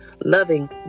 loving